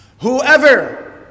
Whoever